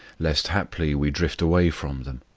lest haply we drift away from them.